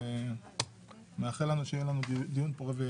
אני מאחל לנו דיון פורה.